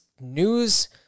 news